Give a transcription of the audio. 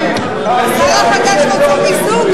השר החדש רוצה מיזוג,